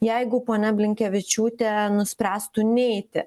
jeigu ponia blinkevičiūtė nuspręstų neiti